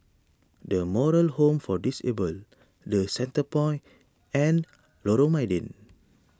the Moral Home for Disabled the Centrepoint and Lorong Mydin